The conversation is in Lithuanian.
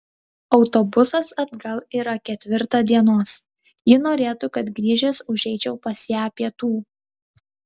autobusas atgal yra ketvirtą dienos ji norėtų kad grįžęs užeičiau pas ją pietų